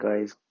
guys